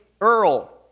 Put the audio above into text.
Earl